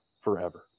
forever